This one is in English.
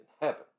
heaven